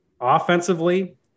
offensively